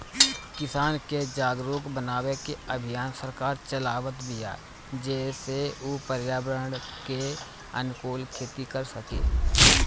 किसान के जागरुक बनावे के अभियान सरकार चलावत बिया जेसे उ पर्यावरण के अनुकूल खेती कर सकें